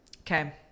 Okay